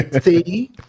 See